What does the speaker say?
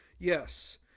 Yes